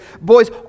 boys